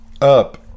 up